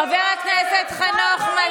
לא, חבר הכנסת חנוך.